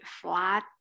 flat